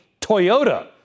Toyota